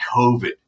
COVID